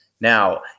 Now